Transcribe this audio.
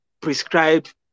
prescribed